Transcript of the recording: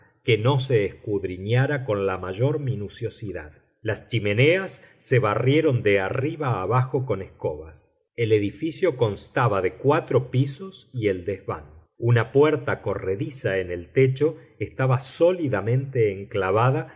que no se escudriñara con la mayor minuciosidad las chimeneas se barrieron de arriba abajo con escobas el edificio constaba de cuatro pisos y el desván una puerta corrediza en el techo estaba sólidamente enclavada